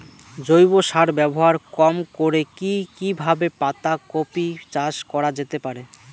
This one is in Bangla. জৈব সার ব্যবহার কম করে কি কিভাবে পাতা কপি চাষ করা যেতে পারে?